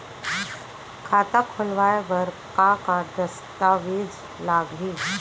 खाता खोलवाय बर का का दस्तावेज लागही?